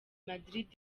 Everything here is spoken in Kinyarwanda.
madrid